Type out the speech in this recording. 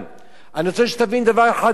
אני רוצה שתבין דבר אחד מאוד חשוב.